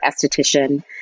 esthetician